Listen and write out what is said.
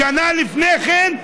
שנה לפני כן,